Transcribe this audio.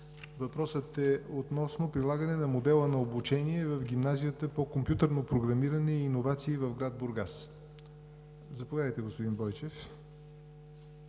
Бойчев относно прилагане на модела на обучение в Гимназията по компютърно програмиране и иновации в град Бургас. Заповядайте, господин Бойчев.